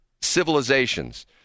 civilizations